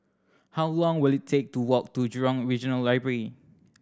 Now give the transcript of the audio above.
how long will it take to walk to Jurong Regional Library